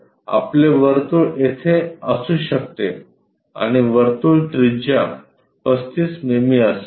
तर आपले वर्तुळ तेथे असू शकते आणि वर्तुळ त्रिज्या 35 मिमी असावी